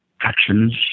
actions